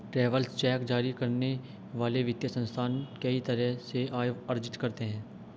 travellers cheque जारी करने वाले वित्तीय संस्थान कई तरह से आय अर्जित करते हैं